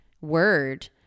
word